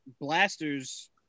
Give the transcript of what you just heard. blasters